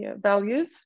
values